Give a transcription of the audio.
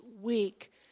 week